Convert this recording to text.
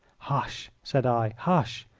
hush! said i, hush!